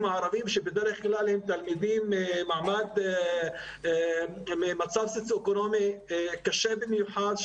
הערבים שבדרך כלל הם תלמידים ממצב סוציו-אקונומי קשה במיוחד,